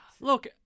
Look